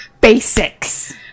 Basics